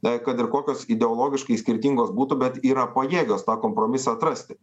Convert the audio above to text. na kad ir kokios ideologiškai skirtingos būtų bet yra pajėgios tą kompromisą atrasti